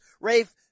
Rafe